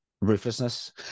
ruthlessness